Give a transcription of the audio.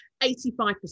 85%